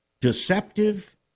deceptive